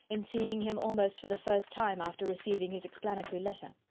in seeing him almost for the first time after receiving his explanatory letter.